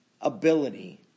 ability